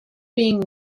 being